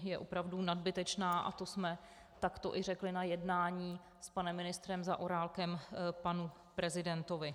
Je opravdu nadbytečná a to jsme takto i řekli na jednání s panem ministrem Zaorálkem panu prezidentovi.